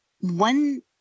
one